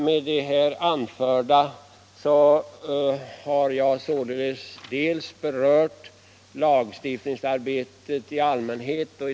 Med det anförda har jag berört lagstiftningsarbetet i all mänhet.